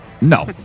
No